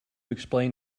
explain